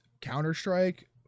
counter-strike